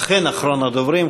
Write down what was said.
אכן אחרון הדוברים,